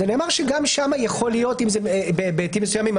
נאמר שגם שם יכול להיות אם זה בהיבטים מסוימים,